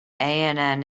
ann